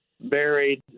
buried